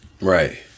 Right